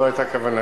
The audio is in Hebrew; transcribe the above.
זו היתה כוונתו.